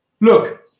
Look